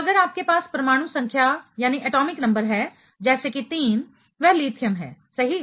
तो अगर आपके पास परमाणु संख्या है जैसे कि 3 वह लिथियम है सही